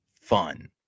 fun